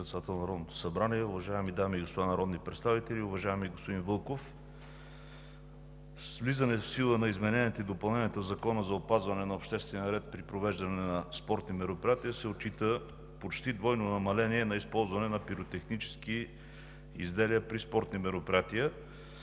и господа народни представители! Уважаеми господин Вълков, с влизане в сила на измененията и допълненията в Закона за опазване на обществения ред при провеждане на спортни мероприятия се отчита почти двойно намаление на използване на пиротехнически изделия при спортни мероприятия.